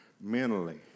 mentally